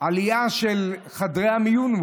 עלייה של חדרי המיון?